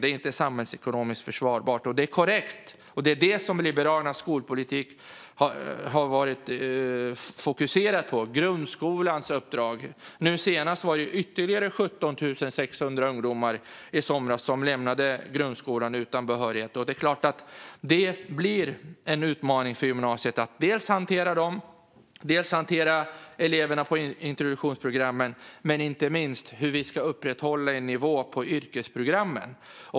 Det är inte samhällsekonomiskt försvarbart - det är korrekt. Det är grundskolans uppdrag som Liberalernas skolpolitik har varit fokuserad på. I somras var det ytterligare 17 600 ungdomar som lämnade grundskolan utan behörighet. Det är klart att det blir en utmaning för gymnasiet att dels hantera dem, dels hantera eleverna på introduktionsprogrammen. Frågan är inte minst hur vi ska upprätthålla nivån på yrkesprogrammen.